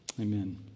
Amen